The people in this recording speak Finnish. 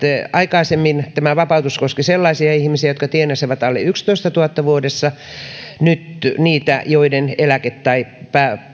aikaisemmin tämä vapautus koski sellaisia ihmisiä jotka tienasivat alle yhdessätoistatuhannessa vuodessa mutta nyt niitä joiden eläke tai